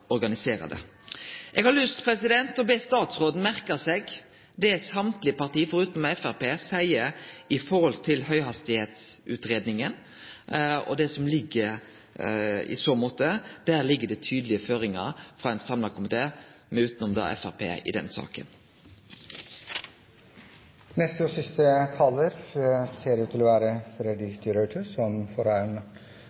organisere det. Eg har lyst til å be statsråden merke seg det alle parti, forutan Framstegspartiet, seier i forhold til høgfartsutgreiinga og det som ligg føre i så måte. Der ligg det tydelege føringar frå ein samla komité, forutan Framstegspartiet, i den saka. I forbindelse med representanten Godskesens innlegg har jeg behov for å